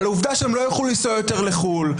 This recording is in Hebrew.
על העובדה שהם לא יוכלו לנסוע יותר לחו"ל,